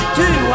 two